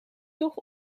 toch